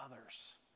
others